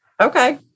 Okay